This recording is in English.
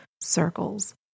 circles